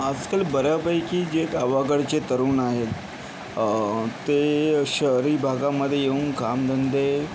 आजकाल बऱ्यापैकी जे गावाकडचे तरुण आहेत ते शहरी भागांमध्ये येऊन काम धंदे